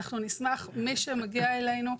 אנחנו נשמח, מי שמגיע אלינו,